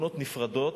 חתונות נפרדות,